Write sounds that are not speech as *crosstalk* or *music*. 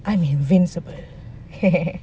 I'm invincible *laughs*